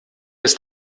ist